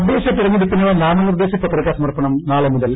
തദ്ദേശ തെരഞ്ഞെടുപ്പിന് നാമനിർദ്ദേശാ പത്രികാ സമർപ്പണം നാളെ മുതൽ